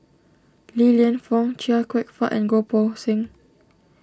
Li Lienfung Chia Kwek Fah and Goh Poh Seng